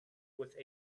with